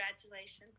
congratulations